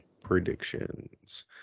Predictions